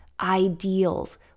ideals